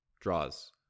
draws